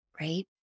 right